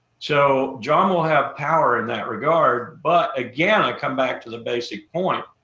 so john will have power in that regard. but again, i come back to the basic point.